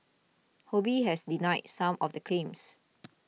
Ho Bee has denied some of the claims